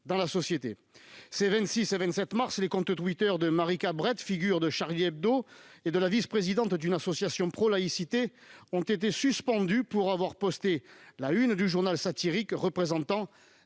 dans la société. Les 26 et 27 mars dernier, les comptes Twitter de Marika Bret, figure de, et de la vice-présidente d'une association pro-laïcité ont été suspendus pour avoir posté la une du journal satirique représentant